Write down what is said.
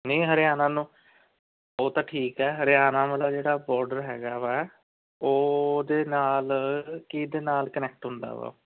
ਨਹੀਂ ਹਰਿਆਣਾ ਨੂੰ ਉਹ ਤਾਂ ਠੀਕ ਹੈ ਹਰਿਆਣਾ ਮਤਲਬ ਜਿਹੜਾ ਬਾਰਡਰ ਹੈਗਾ ਵਾ ਉਹਦੇ ਨਾਲ ਕਿਹਦੇ ਨਾਲ ਕਨੈਕਟ ਹੁੰਦਾ ਵਾ